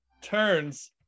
turns